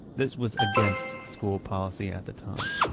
this was against school policy at the time.